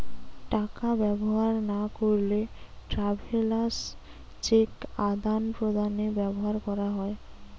টাকা ব্যবহার না করলে ট্রাভেলার্স চেক আদান প্রদানে ব্যবহার করা হয়